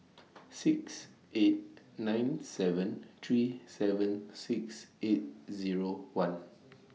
six eight nine seven three seven six eight Zero one